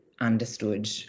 understood